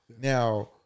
Now